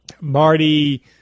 Marty